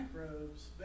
microbes